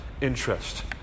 interest